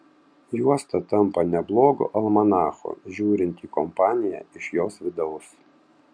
juosta tampa neblogu almanachu žiūrint į kompaniją iš jos vidaus